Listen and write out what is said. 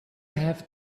have